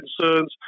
concerns